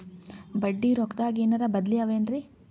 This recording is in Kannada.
ಬಡ್ಡಿ ರೊಕ್ಕದಾಗೇನರ ಬದ್ಲೀ ಅವೇನ್ರಿ?